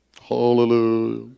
hallelujah